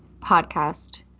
podcast